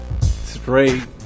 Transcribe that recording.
straight